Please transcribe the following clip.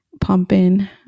Pumping